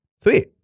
Sweet